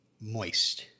moist